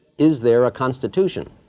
is there a constitution?